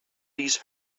these